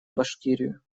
башкирию